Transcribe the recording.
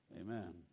Amen